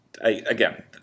again